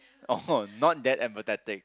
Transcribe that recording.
oh not that empathetic